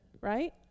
right